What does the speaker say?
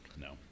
no